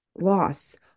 loss